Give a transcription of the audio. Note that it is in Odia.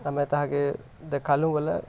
ଆମେ ତାହାକେ ଦେଖାଲୁ ବୋଲେ